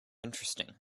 interesting